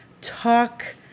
talk